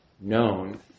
known